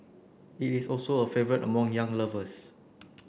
it is also a favourite among young lovers